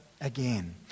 again